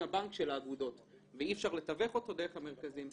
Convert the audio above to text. הבנק של האגודות ואי אפשר לתווך אותו דרך המרכזים.